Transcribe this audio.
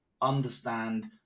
understand